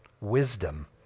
Wisdom